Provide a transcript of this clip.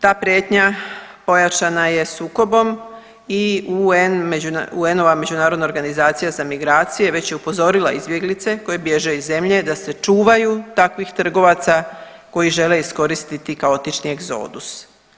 Ta prijetnja pojačana je sukobom i UN-ova Međunarodna organizacija za migracije već je upozorila izbjeglice koji bježe iz zemlje da se čuvaju takvih trgovaca koji žele iskoristiti kaotični egzodus.